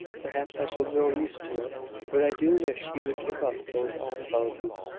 perhaps i shall grow used to it but i do wish he would give up those almshouses.